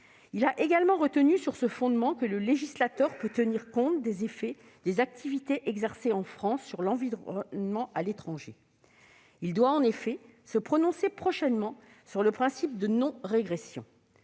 Il a également retenu, sur ce fondement, que le législateur pouvait tenir compte des effets des activités exercées en France sur l'environnement à l'étranger. Il doit, enfin, se prononcer prochainement sur le principe de non-régression.